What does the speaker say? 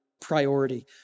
priority